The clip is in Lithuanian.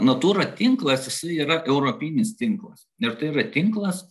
natūra tinklas jisai yra europinis tinklas ir tai yra tinklas